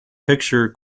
picture